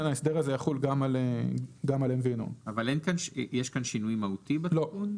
ההסדר הזה יחול גם על MVNO. יש כאן שינוי מהותי בתיקון?